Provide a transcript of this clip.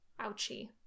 Ouchie